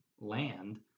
land